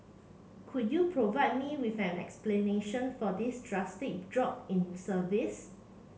could you provide me with an explanation for this drastic drop in service